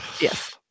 Yes